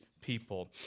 people